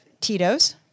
Tito's